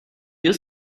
you